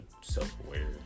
self-aware